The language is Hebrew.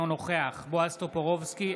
אינו נוכח בועז טופורובסקי,